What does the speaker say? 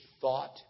thought